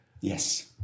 Yes